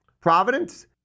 Providence